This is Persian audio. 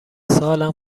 سالم